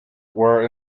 were